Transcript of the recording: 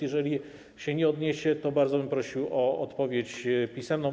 Jeżeli się nie odniesie, to bardzo bym prosił o odpowiedź pisemną.